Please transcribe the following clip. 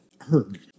heard